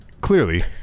Clearly